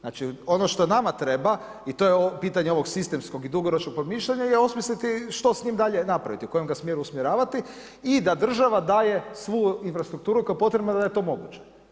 Znači ono što nama treba i to je pitanje ovog sistemskog i dugoročnog promišljanja je osmisliti što s njim dalje napraviti, u kojem ga smjeru usmjeravati i da država daje svu infrastrukturu koja je potrebna da je to moguće.